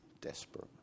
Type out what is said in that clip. desperate